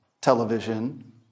television